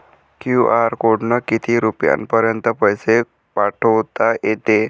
QR कोडनं किती रुपयापर्यंत पैसे पाठोता येते?